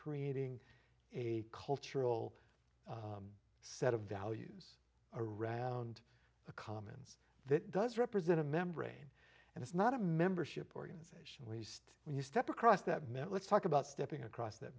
creating a cultural set of values around a commons that does represent a membrane and it's not a membership organization waste when you step across that meant let's talk about stepping across that